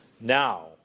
Now